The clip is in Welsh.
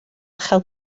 chael